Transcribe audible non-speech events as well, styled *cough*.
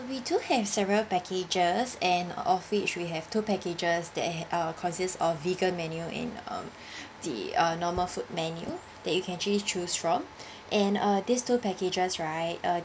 we do have several packages and of which we have two packages there uh consist of vegan menu in um *breath* the uh normal food menu that you can actually choose from and uh these two packages right uh